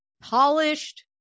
polished